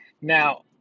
Now